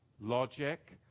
logic